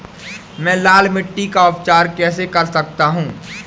मैं लाल मिट्टी का उपचार कैसे कर सकता हूँ?